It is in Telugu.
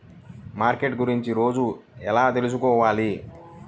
మార్కెట్ గురించి రోజు ఎలా తెలుసుకోవాలి?